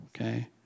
Okay